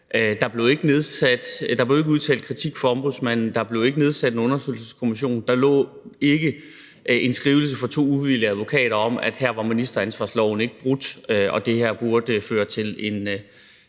Der blev ikke udtalt kritik fra Ombudsmanden, der blev ikke nedsat en undersøgelseskommission, der lå ikke en skrivelse fra to uvildige advokater om, at her var ministeransvarlighedsloven brudt, og at det her burde føre til en